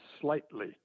slightly